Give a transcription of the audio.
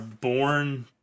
born